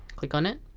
click on it